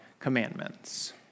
commandments